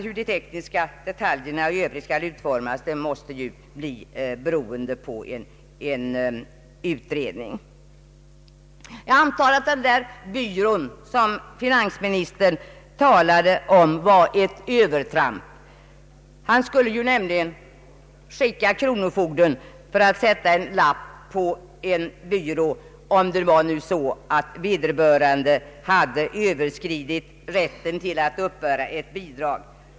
Hur de tekniska detaljerna i övrigt skall utformas måste bli beroende på en utredning. Den där byrån som finansministern talade om var väl ett övertramp. Han skulle ju skicka kronofogden för att sätta en lapp på en byrå, därest vederbörande hade överskridit rätten att uppbära ett bidrag.